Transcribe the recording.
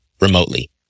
remotely